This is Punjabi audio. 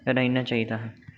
ਰਹਿਣਾ ਚਾਹੀਦਾ ਹੈ